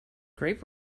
great